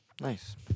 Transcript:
Nice